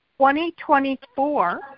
2024